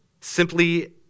simply